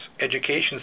education